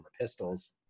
pistols